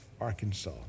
Arkansas